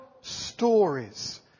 stories